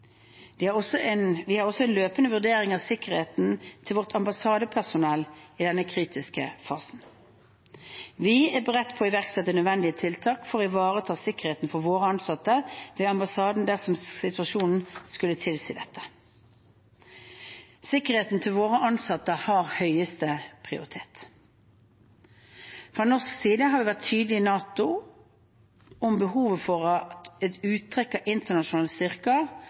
Vi har også en løpende vurdering av sikkerheten til vårt ambassadepersonell i denne kritiske fasen. Vi er beredt til å iverksette nødvendige tiltak for å ivareta sikkerheten for våre ansatte ved ambassaden dersom situasjonen skulle tilsi dette. Sikkerheten til våre ansatte har høyeste prioritet. Fra norsk side har vi vært tydelige i NATO om behovet for at et uttrekk av